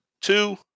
two